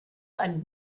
ein